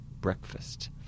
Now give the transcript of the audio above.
breakfast